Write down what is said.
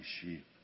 sheep